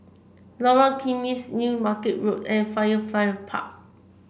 Lorong Kismis New Market Road and Firefly Park